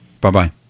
Bye-bye